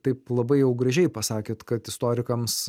taip labai jau gražiai pasakėt kad istorikams